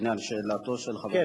בעניין שאלתו של חבר הכנסת נחמן שי.